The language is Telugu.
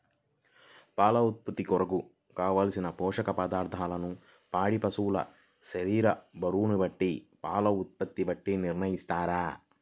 పాల ఉత్పత్తి కొరకు, కావలసిన పోషక పదార్ధములను పాడి పశువు శరీర బరువును బట్టి పాల ఉత్పత్తిని బట్టి నిర్ణయిస్తారా?